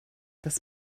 das